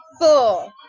four